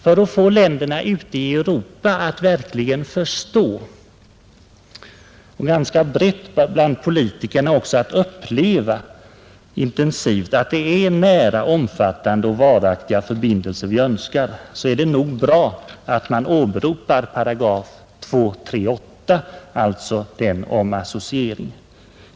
För att få länderna ute i Europa att verkligen förstå och även ganska brett få politikerna att intensivt uppleva, att det är nära, omfattande och varaktiga förbindelser vi önskar, är det nog bra att man åberopar § 238 om associering.